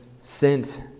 sent